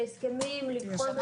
יחד עם